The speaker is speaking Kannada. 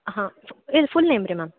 ಹಾಂ ಫು ಇಲ್ಲಿ ಫುಲ್ ನೇಮ್ ರೀ ಮ್ಯಾಮ್